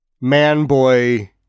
man-boy